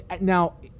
now